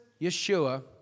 Yeshua